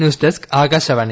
news desk Akashvani